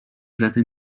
zatem